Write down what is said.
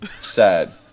Sad